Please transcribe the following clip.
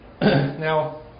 Now